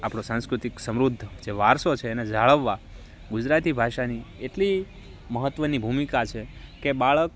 આપણો સાંસ્કૃતિક સમૃદ્ધ જે વારસો છે અને જાળવવા ગુજરાતી ભાષાની એટલી મહત્ત્વની ભૂમિકા છે કે બાળક